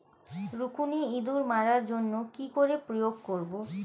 রুকুনি ইঁদুর মারার জন্য কি করে প্রয়োগ করব?